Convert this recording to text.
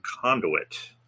conduit